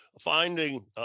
Finding